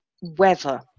weather